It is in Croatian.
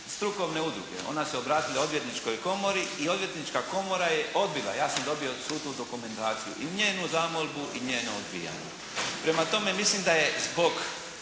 strukovne udruge. Ona se obratila Odvjetničkoj komori i Odvjetnička komora ju je odbila. Ja sam dobio svu tu dokumentaciju. I njenu zamolbu i njeno odbijanje. Prema tome, mislim da je zbog